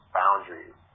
boundaries